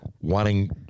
wanting